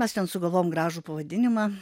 mes ten sugalvojom gražų pavadinimą